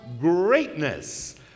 greatness